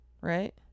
right